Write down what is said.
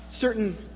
certain